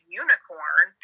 unicorn